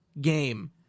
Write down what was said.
game